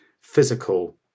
physical